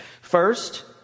First